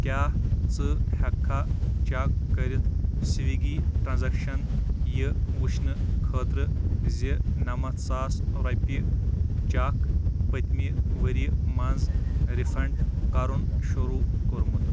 کیٛاہ ژٕ ہٮ۪کٕکھا چیک کٔرِتھ سوگی ٹرٛانٛزیکشن یہِ ؤچھنہٕ خٲطرٕ زِ نمتھ ساس رۄپیہِ چیک پٔتۍمہِ ؤرۍیہِ منٛز رِفنٛڈ کَرُن شروٗع کوٚرمُت